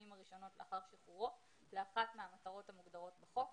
הראשונות לאחר שחרורו לאחת מהמטרות המוגדרות בחוק,